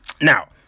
now